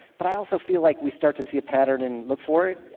but i also feel like we start to see a pattern and look for it.